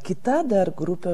kita dar grupė